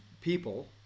people